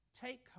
Take